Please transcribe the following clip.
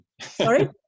Sorry